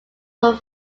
were